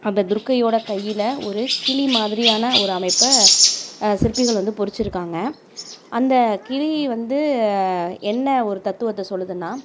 அந்த துர்க்கையோட கையில் ஒரு கிளி மாதிரியான ஒரு அமைப்பை சிற்பிகள் வந்து பொறித்திருக்காங்க அந்த கிளி வந்து என்ன ஒரு தத்துவத்தை சொல்லுதுனா